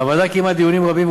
הוועדה קיימה דיונים רבים,